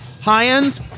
High-end